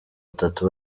atatu